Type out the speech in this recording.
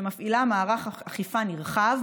והיא מפעילה מערך אכיפה נרחב,